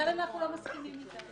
גם אם אנחנו לא מסכימים איתה.